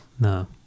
No